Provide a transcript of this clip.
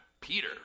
Peter